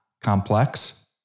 complex